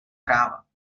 práva